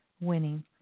winning